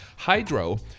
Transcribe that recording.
Hydro